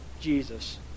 Jesus